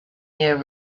year